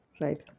Right